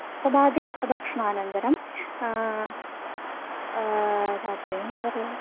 प्रभाते भक्षणानन्तरं रात्रिः एन्त बर्ले